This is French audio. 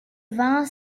vingt